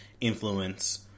influence